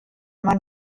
man